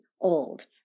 old